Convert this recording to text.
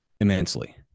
immensely